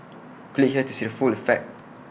click here to see the full effect